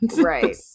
Right